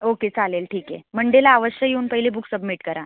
okay चालेल ठीक आहे मंडेला अवश्य येऊन पहिले बुक सबमिट करा